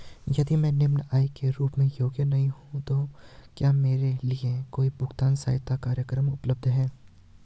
यदि मैं निम्न आय के रूप में योग्य नहीं हूँ तो क्या मेरे लिए कोई भुगतान सहायता कार्यक्रम उपलब्ध है?